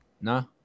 No